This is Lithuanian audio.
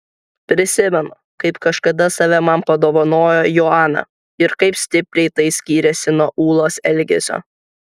prisimenu kaip kažkada save man padovanojo joana ir kaip stipriai tai skyrėsi nuo ūlos elgesio